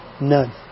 None